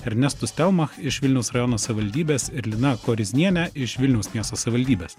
ernestu stelmach iš vilniaus rajono savivaldybės ir lina korizniene iš vilniaus miesto savivaldybės